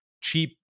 cheap